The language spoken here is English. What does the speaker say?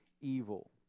evil